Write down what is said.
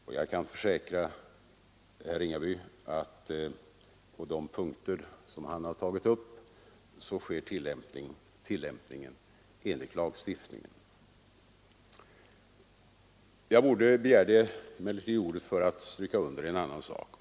Och jag kan försäkra herr Ringaby att på de punkter som han har tagit upp sker tillämpningen enligt lagstiftningen. Jag begärde emellertid ordet för att stryka under en annan sak.